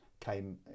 came